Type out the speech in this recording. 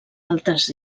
altres